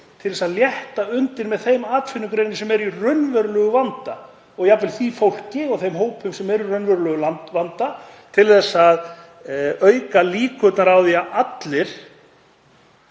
til að létta undir með þeim atvinnugreinum sem eru í raunverulegum vanda og jafnvel því fólki og þeim hópum sem eru í raunverulegum vanda til að auka líkurnar á því að allir